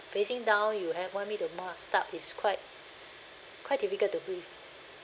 facing down you have want me to mask up is quite quite difficult to breathe